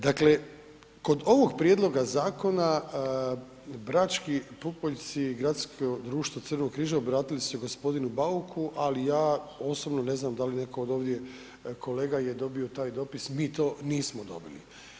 Dakle, kod ovog prijedloga zakona Brački pupoljci i Gradsko društvo Crvenog križa obratili su se gospodinu Bauku, ali ja osobno ne znam da li netko od ovdje kolega je dobio taj dopis, mi to nismo dobili.